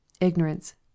ignorance